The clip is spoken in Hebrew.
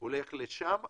הולך לשם.